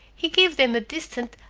he gave them a distant,